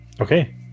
Okay